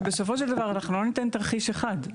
שבסופו של דבר אנחנו לא ניתן תרחיש אחד.